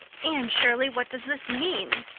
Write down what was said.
anne shirley, what does this mean?